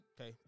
Okay